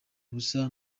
ubusa